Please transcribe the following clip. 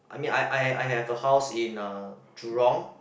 I mean I I I have a house in a Jurong